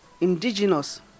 Indigenous